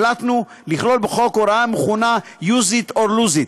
החלטנו לכלול בחוק הוראה המכונה "Use it or lose it".